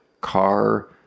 car